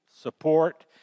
support